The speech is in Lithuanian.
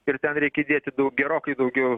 ir ten reikia įdėti gerokai daugiau